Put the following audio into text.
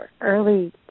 early